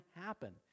happen